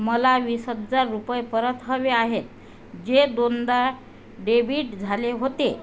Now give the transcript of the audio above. मला वीस हजार रुपये परत हवे आहेत जे दोनदा डेबिट झाले होते